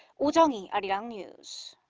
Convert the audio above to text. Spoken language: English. oh jung-hee, arirang news.